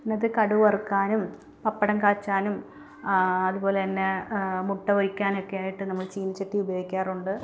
ഇന്നത് കടുക് വറക്കാനും പപ്പടം കാച്ചാനും അതുപോലെ തന്നെ മുട്ട പൊരിക്കാനൊക്കെ ആയിട്ട് നമ്മൾ ചീനിച്ചട്ടി ഉപയോഗിക്കാറുണ്ട്